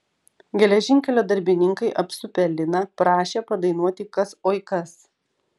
geležinkelio darbininkai apsupę liną prašė padainuoti kas oi kas